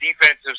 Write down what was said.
defensive